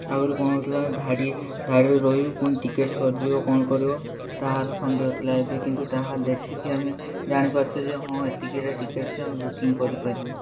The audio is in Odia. ଆଗରୁ କ'ଣ ହଉଥିଲା ଧାଡ଼ି ଧାଡ଼ିରେ ରହିବୁ ପୁଣି ଟିକେଟ୍ ସରିଯିବ କ'ଣ କରିବ ତାହାର ସନ୍ଦେହ ଥିଲା ଏବେ କିନ୍ତୁ ତାହା ଦେଖିକି ଆମେ ଜାଣିପାରୁଛୁ ଯେ ହଁ ଏତିକିଟା ଟିକେଟ୍ ଆମେ ବୁକିଂ କରିପାରିବୁ